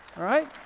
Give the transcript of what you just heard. alright?